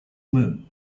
moon